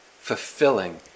fulfilling